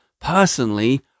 personally